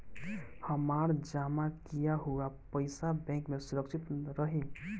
हमार जमा किया हुआ पईसा बैंक में सुरक्षित रहीं?